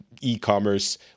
e-commerce